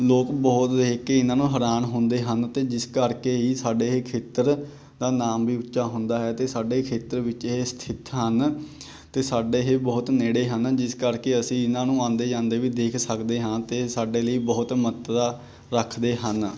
ਲੋਕ ਬਹੁਤ ਦੇਖ ਕੇ ਇਹਨਾਂ ਨੂੰ ਹੈਰਾਨ ਹੁੰਦੇ ਹਨ ਅਤੇ ਜਿਸ ਕਰਕੇ ਹੀ ਸਾਡੇ ਇਹ ਖੇਤਰ ਦਾ ਨਾਮ ਵੀ ਉੱਚਾ ਹੁੰਦਾ ਹੈ ਅਤੇ ਸਾਡੇ ਖੇਤਰ ਵਿੱਚ ਇਹ ਸਥਿਤ ਹਨ ਅਤੇ ਸਾਡੇ ਇਹ ਬਹੁਤ ਨੇੜੇ ਹਨ ਜਿਸ ਕਰਕੇ ਅਸੀਂ ਇਹਨਾਂ ਨੂੰ ਆਉਂਦੇ ਜਾਂਦੇ ਵੀ ਦੇਖ ਸਕਦੇ ਹਾਂ ਅਤੇ ਸਾਡੇ ਲਈ ਬਹੁਤ ਮਹੱਤਤਾ ਰੱਖਦੇ ਹਨ